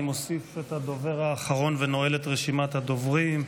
אני מוסיף את הדובר האחרון ונועל את רשימת הדוברים.